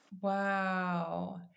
Wow